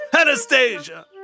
Anastasia